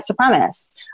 supremacists